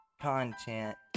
content